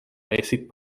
basic